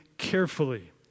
carefully